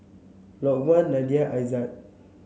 Lokman Nadia Aizat